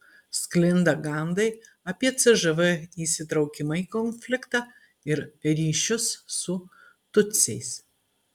sklinda gandai apie cžv įsitraukimą į konfliktą ir ryšius su tutsiais